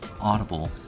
Audible